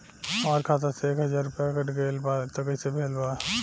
हमार खाता से एक हजार रुपया कट गेल बा त कइसे भेल बा?